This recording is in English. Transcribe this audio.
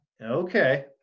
Okay